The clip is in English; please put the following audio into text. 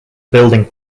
building